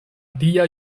dia